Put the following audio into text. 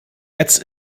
jetzt